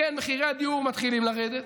כן, מחירי הדיור מתחילים לרדת,